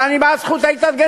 אבל אני בעד זכות ההתארגנות,